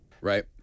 right